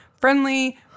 friendly